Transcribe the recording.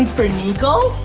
for niko!